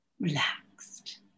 relaxed